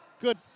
Good